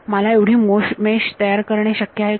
मला एवढी मोठी मेश तयार करणे शक्य आहे का